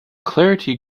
clarity